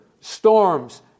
storms